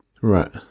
Right